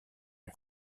est